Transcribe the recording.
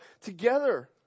together